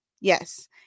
Yes